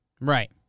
right